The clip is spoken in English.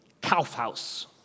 Kaufhaus